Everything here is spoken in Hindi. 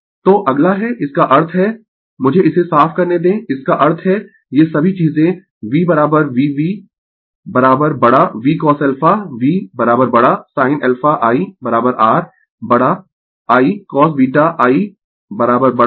तो अगला है इसका अर्थ है मुझे इसे साफ करने दें इसका अर्थ है ये सभी चीजें V V V बड़ा VCosα V 'बड़ा sin α I r बड़ा I cosβ I ' बड़ा I sin β